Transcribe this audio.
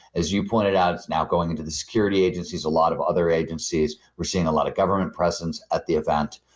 as you pointed out, it's now going into the security agencies, a lot of other agencies. we're seeing a lot of government presence at the event,